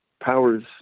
powers